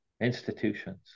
Institutions